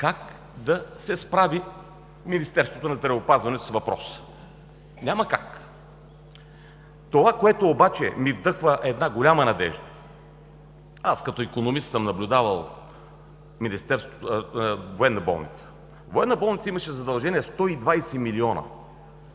как да се справи Министерството на здравеопазването с въпроса? Няма как! Това, което обаче ми вдъхва една голяма надежда, е, че аз, като икономист, съм наблюдавал Военна болница, а Военна болница имаше задължения 120 милиона.